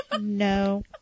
No